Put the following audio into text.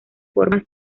formas